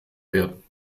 werden